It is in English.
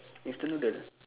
instant noodle